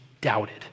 doubted